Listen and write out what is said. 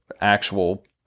actual